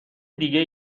دیگه